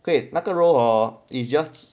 给那个 role or it's just